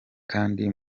kandi